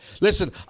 Listen